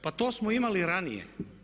Pa to smo imali ranije.